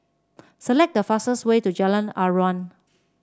select the fastest way to Jalan Aruan